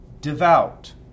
devout